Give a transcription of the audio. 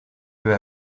peu